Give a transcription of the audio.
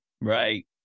Right